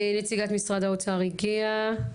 נציגת משרד האוצר הגיעה,